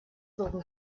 zogen